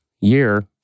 year